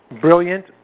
brilliant